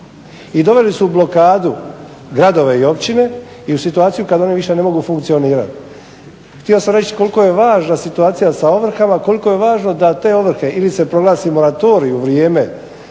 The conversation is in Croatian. i doveli su u blokadu gradove i općine i u situaciju kad oni više ne mogu funkcionirati. Htio sam reći koliko je važna situacija sa ovrhama, koliko je važno da te ovrhe ili se proglase moratorij u vrijeme